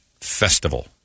festival